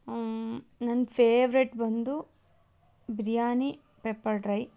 ನನ್ನ ಫೇವ್ರೇಟ್ ಬಂದು biryani pepper dry